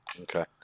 Okay